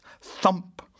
thump